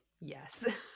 Yes